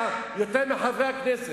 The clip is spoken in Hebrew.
אתה יודע יותר מחברי הכנסת,